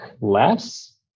less